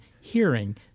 hearing